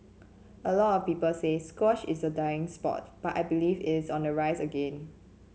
a lot of people say squash is a dying sport but I believe it is on the rise again